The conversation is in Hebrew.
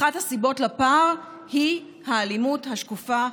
אחת הסיבות לפער היא האלימות השקופה,